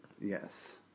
Yes